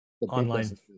online